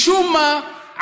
משום מה,